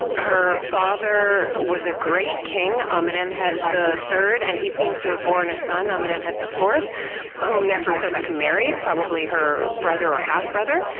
and her father was a great king, amenemhat the third, and he seems to have borne a son, amenemhat the fourth whom neferusobek married, probably her brother or half-brother.